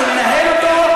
אנחנו ננהל אותו,